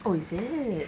oh is it